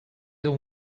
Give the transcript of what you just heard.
they